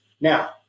Now